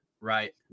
right